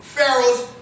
Pharaoh's